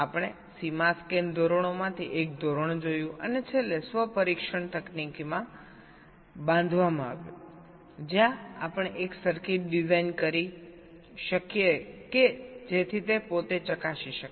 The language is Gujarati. આપણે સીમા સ્કેન ધોરણોમાંથી એક ધોરણ જોયું અને છેલ્લે built in self test technique માં બાંધવામાં આવ્યું જ્યાં આપણે એક સર્કિટ ડિઝાઇન કરી શકીએ કે જેથી તે પોતે ચકાસી શકે